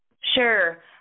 Sure